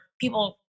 people